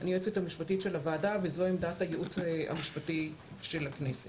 אני היועצת המשפטית של הוועדה וזו עמדת הייעוץ המשפטי של הכנסת.